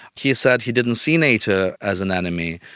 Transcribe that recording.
he said he didn't see nato as an enemy.